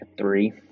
Three